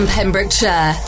Pembrokeshire